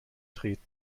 treten